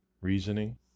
reasoning